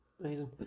Amazing